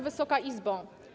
Wysoka Izbo!